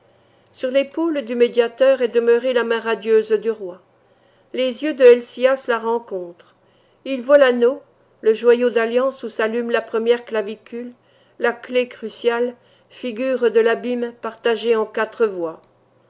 sur l'épaule du médiateur est demeurée la main radieuse du roi les yeux de helcias la rencontrent il voit l'anneau le joyau dalliance où s'allume la première clavicule la clef cruciale figure de l'abîme partagé en quatre voies